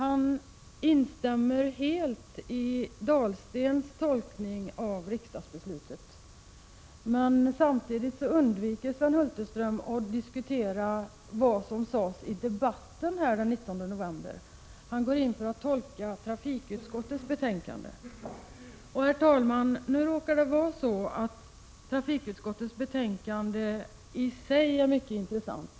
Han instämmer helt i Dahlstens tolkning av riksdagsbeslutet. Samtidigt undviker kommunikationsministern att diskutera vad som sades i 4 debatten här den 19 november. Han går i stället in för att tolka trafikutskottets betänkande. Herr talman! Trafikutskottets betänkande är i sig mycket intressant.